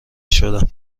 شدم